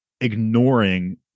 ignoring